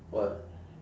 what